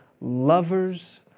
lovers